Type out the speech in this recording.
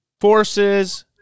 forces